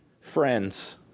friends